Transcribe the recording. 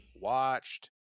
watched